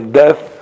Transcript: death